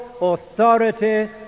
authority